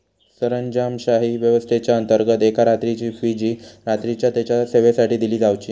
सरंजामशाही व्यवस्थेच्याअंतर्गत एका रात्रीची फी जी रात्रीच्या तेच्या सेवेसाठी दिली जावची